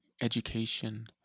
education